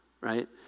right